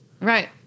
Right